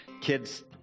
kids